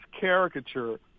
caricature